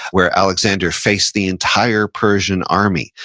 where alexander faced the entire persian army,